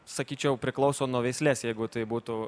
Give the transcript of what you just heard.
sakyčiau priklauso nuo veislės jeigu tai būtų